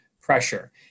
Pressure